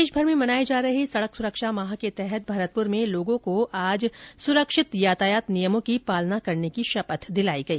देशभर में मनाए जा रहे सड़क सुरक्षा माह के तहत भरतपुर में लोगों को आज सुरक्षित यातायात नियमों की पालना करने की शपथ दिलाई गई